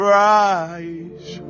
rise